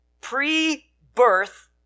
pre-birth